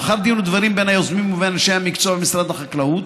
ולאחר דין ודברים בין היוזמים ובין אנשי המקצוע במשרד החקלאות,